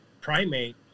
primate